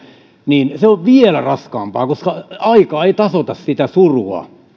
niin se on vielä raskaampaa koska aika ei tasoita sitä surua